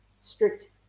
strict